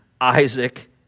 Isaac